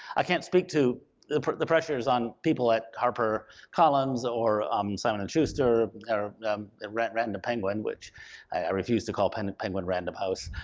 i can't speak to the pressures on people at harper collins or um simon and schuster or um and random and penguin, which i refuse to call penguin penguin random house.